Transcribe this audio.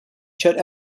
showed